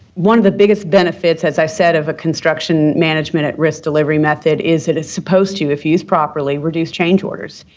one of the biggest benefits, as i said, of a construction management at risk delivery method is that it is supposed to, if used properly, reduce change orders,